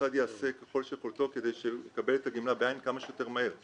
המוסד יעשה ככל יכולתו כדי שהוא יקבל את הגמלה בעין כמה שיותר מהר.